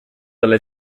dalle